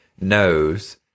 knows